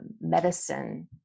medicine